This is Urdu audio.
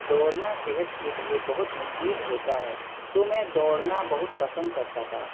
دوڑنا صحت کے لیے بہت مفید ہوتا ہے تو میں دوڑنا بہت پسند کرتا تھا